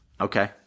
Okay